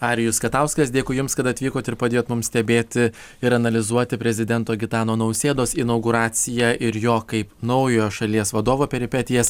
arijus katauskas dėkui jums kad atvykot ir padėjot mums stebėti ir analizuoti prezidento gitano nausėdos inauguraciją ir jo kaip naujo šalies vadovo peripetijas